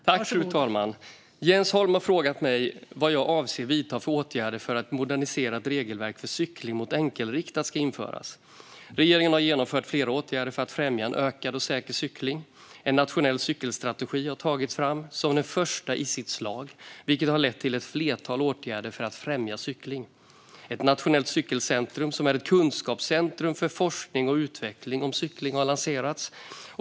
Fru talman! Jens Holm har frågat mig vad jag avser att vidta för åtgärder för att ett moderniserat regelverk för cykling mot enkelriktat ska införas. Regeringen har genomfört flera åtgärder för att främja en ökad och säker cykling. En nationell cykelstrategi har tagits fram, som den första i sitt slag, vilket har lett till ett flertal åtgärder för att främja cykling. Ett nationellt cykelcentrum, som är ett kunskapscentrum för forskning och utveckling om cykling, har lanserats.